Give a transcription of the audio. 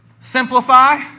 simplify